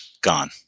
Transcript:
gone